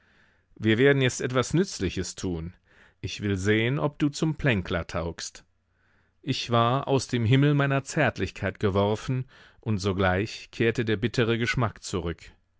wir werden jetzt etwas nützliches tun ich will sehen ob du zum plänkler taugst ich war aus dem himmel meiner zärtlichkeit geworfen und sogleich kehrte der bittere geschmack zurück